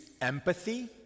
empathy